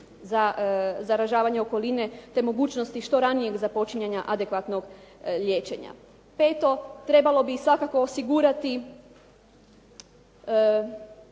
za zražavanje okoline te mogućnosti što ranijeg započinjanja adekvatnog liječenja. Peto, trebalo bi svakako osigurati